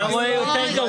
אם היה רואה, יותר גרוע.